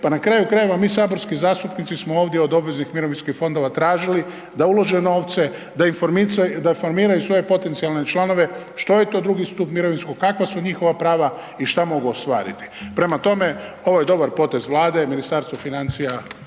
pa na kraju krajeva, mi saborski zastupnici smo ovdje od obveznih mirovinskih fondova tražili da ulože novce, da informiraju svoje potencijalne članove, što je to II. stup mirovinskog, kakva su njihova prava i što mogu ostvariti. Prema tome, ovo je dobar potez Vlade, Ministarstva financija